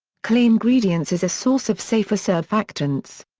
cleangredients is a source of safer surfactants.